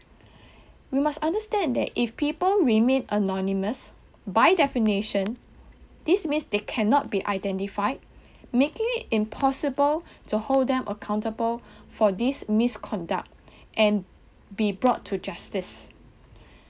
we must understand that if people remain anonymous by definition this means they cannot be identified making it impossible to hold them accountable for this misconduct and be brought to justice